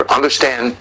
Understand